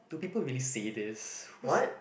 do people really say this whose